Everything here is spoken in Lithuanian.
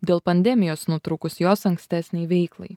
dėl pandemijos nutrūkus jos ankstesnei veiklai